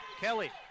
Kelly